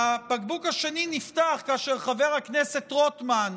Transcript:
והבקבוק השני נפתח כאשר חבר הכנסת רוטמן,